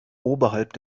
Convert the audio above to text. oberhalb